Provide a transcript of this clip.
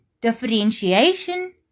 differentiation